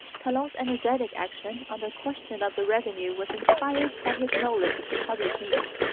talon's energetic action on the question of the revenue was inspired by his knowledge of the public needs.